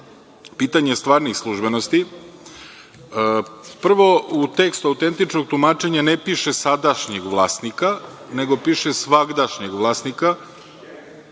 pitanje stvarnih službenosti, prvo, u tekstu autentičnog tumačenja ne piše – sadašnjeg vlasnika, nego piše – svagdašnjeg vlasnika,